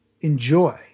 enjoy